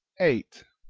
eight.